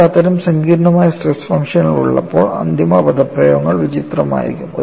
നമുക്ക് അത്തരം സങ്കീർണ്ണമായ സ്ട്രെസ് ഫംഗ്ഷനുകൾ ഉള്ളപ്പോൾ അന്തിമ പദപ്രയോഗങ്ങൾ വിചിത്രമായിരിക്കും